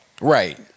Right